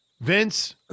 Vince